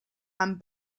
and